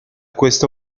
questa